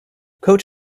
coach